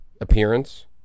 appearance